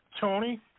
Tony